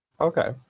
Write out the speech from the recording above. Okay